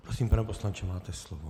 Prosím, pane poslanče, máte slovo.